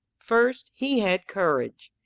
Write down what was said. first, he had courage.